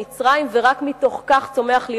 ורק מתוך כך צומח להיות גואל,